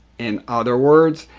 in other words,